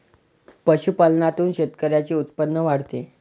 पशुपालनातून शेतकऱ्यांचे उत्पन्न वाढते